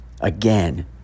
Again